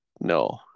No